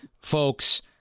folks